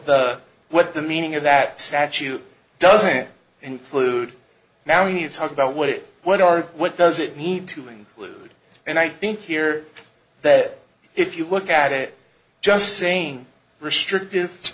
the what the meaning of that statute doesn't include now you talk about what it what are what does it need to include and i think here that if you look at it just saying restrictive